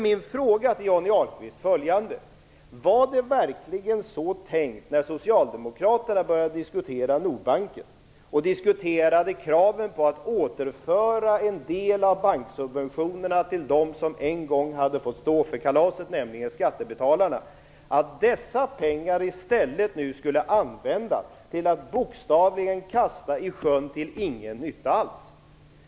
Min fråga till Johnny Alhqvist är följande: Var det verkligen så tänkt, när socialdemokraterna började diskutera Nordbanken och kraven på att återföra en del av banksubventionerna till dem som en gång hade fått stå för det kalaset, nämligen skattebetalarna, att dessa pengar i stället skulle användas till att bokstavligen kasta i sjön till ingen nytta alls?